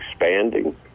expanding